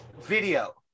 Video